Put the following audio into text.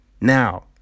Now